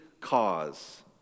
cause